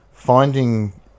Finding